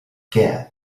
què